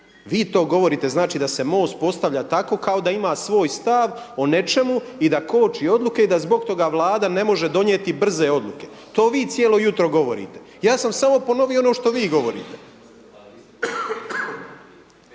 Vi to govorite. Znači da se MOST postavlja tako kao da ima svoj stav o nečemu i da koči odluke i da zbog toga Vlada ne može donijeti brze odluke. To vi cijelo jutro govorite. Ja sam samo ponovio ono što vi govorite.